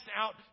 out